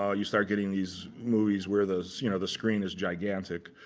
ah you start getting these movies where the you know the screen is gigantic.